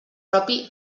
propi